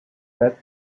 faites